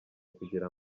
kugira